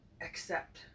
accept